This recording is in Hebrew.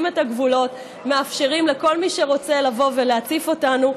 את הגבולות ומאפשרים לכל מי שרוצה לבוא ולהציף אותנו.